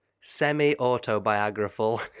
Semi-autobiographical